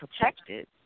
protected